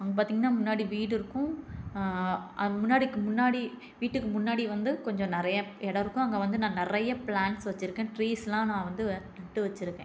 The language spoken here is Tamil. அங்கே பார்த்திங்ன்னா முன்னாடி வீடு இருக்கும் அதுக்கு முன்னாடிக்கும் முன்னாடி வீட்டுக்கு முன்னாடி வந்து கொஞ்சம் நிறையா இடம் இருக்கும் அங்கே வந்து நான் நிறைய பிளாண்ட்ஸ் வைச்சிருக்கேன் ட்ரீஸ்லாம் நான் வந்து நட்டு வைச்சிருக்கேன்